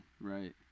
Right